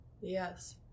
Yes